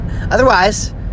Otherwise